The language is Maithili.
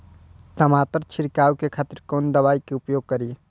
टमाटर छीरकाउ के खातिर कोन दवाई के उपयोग करी?